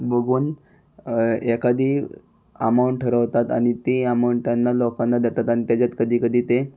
बघून एखादी अमाऊंट ठरवतात आणि ती अमाऊंट त्यांना लोकांना देतात आणि त्याच्यात कधी कधी ते